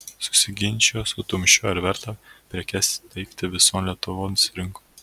susiginčijo su tumšiu ar verta prekes teikti vison lietuvos rinkon